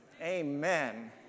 Amen